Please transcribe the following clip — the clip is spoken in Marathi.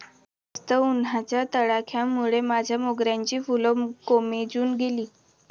जास्त उन्हाच्या तडाख्यामुळे माझ्या मोगऱ्याची फुलं कोमेजून गेली